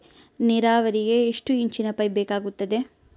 ನೇರಾವರಿಗೆ ಎಷ್ಟು ಇಂಚಿನ ಪೈಪ್ ಬೇಕಾಗುತ್ತದೆ?